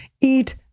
eat